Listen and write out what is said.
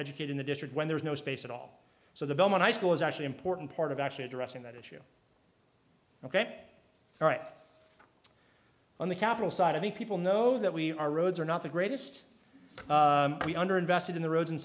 educate in the district when there's no space at all so the bellman high school is actually important part of actually addressing that issue ok all right on the capital side of me people know that we our roads are not the greatest under invested in the roads and